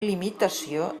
delimitació